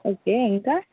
okay ఇంకా